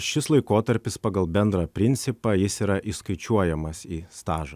šis laikotarpis pagal bendrą principą jis yra įskaičiuojamas į stažą